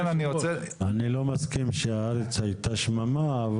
אני לא מסכים שהארץ היתה שממה,